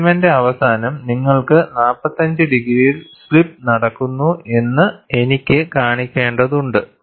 സ്പെസിമെന്റെ അവസാനം നിങ്ങൾക്ക് 45 ഡിഗ്രിയിൽ സ്ലിപ്പ് നടക്കുന്നു എന്നു എനിക്ക് കാണിക്കേണ്ടതുണ്ട്